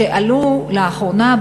שעלו לאחרונה,